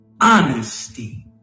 Honesty